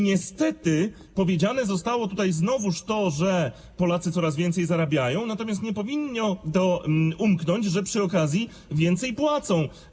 Niestety powiedziane zostało znowu to, że Polacy coraz więcej zarabiają, natomiast nie powinno umknąć, że przy okazji więcej płacą.